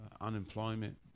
unemployment